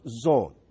zone